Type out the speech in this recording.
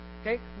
okay